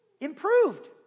improved